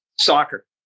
Soccer